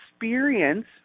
experience